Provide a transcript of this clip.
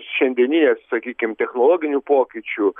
šiandieninėje sakykim technologinių pokyčių